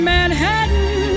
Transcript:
Manhattan